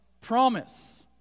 promise